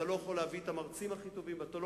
אתה לא יכול להביא את המרצים הכי טובים ואתה לא